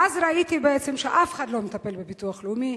ואז ראיתי בעצם שאף אחד לא מטפל בביטוח הלאומי,